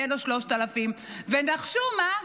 יהיו לו 3,000. ונחשו מה?